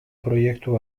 proiektu